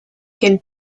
quel